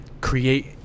create